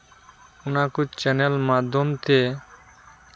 ᱚᱱᱟ ᱠᱚ ᱪᱮᱱᱮᱞ ᱢᱟᱫᱽᱫᱷᱚᱢᱛᱮ